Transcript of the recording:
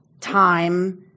time